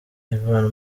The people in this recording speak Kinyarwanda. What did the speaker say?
yvan